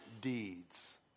deeds